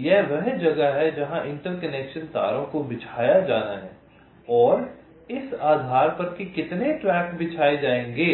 यह वह जगह है जहां इंटरकनेक्शन तारों को बिछाया जाना है और इस आधार पर कि कितने ट्रैक बिछाए जाएंगे